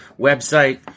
website